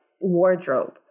wardrobe